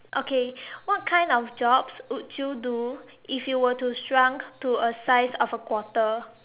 okay what kind of jobs would you do if you were to shrunk to a size of a quarter